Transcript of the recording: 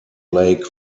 lake